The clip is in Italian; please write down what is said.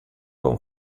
con